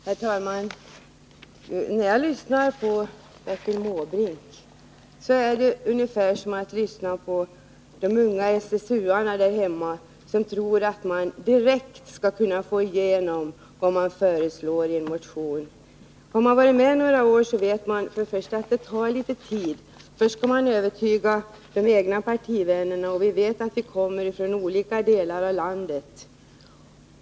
Herr talman! Att lyssna på Bertil Måbrink är ungefär som att lyssna på de unga SSU-arna där hemma, som tror att man direkt skall kunna få igenom vad man föreslår i en motion. Har man varit med några år så vet man att det tarlitet tid. Först skall man övertyga de egna partivännerna — och vi vet att vi kommer från olika delar av landet.